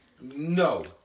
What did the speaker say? No